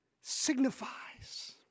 signifies